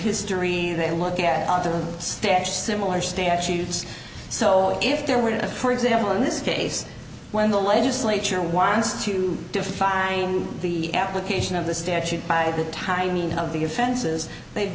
history they look at the staff similar statutes so if there were to for example in this case when the legislature wants to define the application of the statute by the timing of the offenses they've